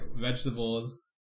vegetables